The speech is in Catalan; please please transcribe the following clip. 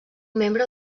membre